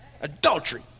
Adultery